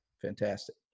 fantastic